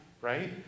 Right